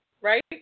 right